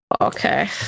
Okay